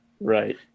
right